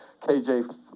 KJ